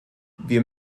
wir